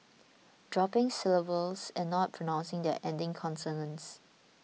dropping syllables and not pronouncing their ending consonants